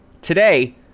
today